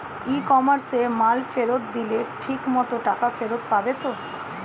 ই কমার্সে মাল ফেরত দিলে ঠিক মতো টাকা ফেরত পাব তো?